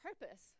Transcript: purpose